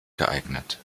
geeignet